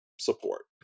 Support